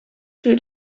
two